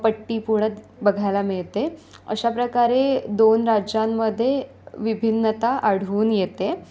पट्टी पूर्णतः बघायला मिळते अशा प्रकारे दोन राज्यांमध्ये विभिन्नता आढळून येते